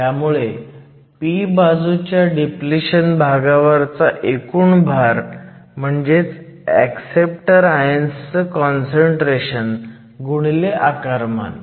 त्यामुळे p बाजूच्या depletion भागावरचा एकूण भार म्हणजेच ऍक्सेप्टर आयन्सचं काँसंट्रेशन गुणिले आकारमान